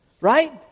Right